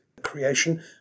creation